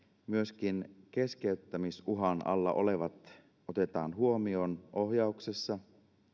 myöskin keskeyttämisuhan alla olevat otetaan huomioon ohjauksessa